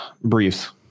Briefs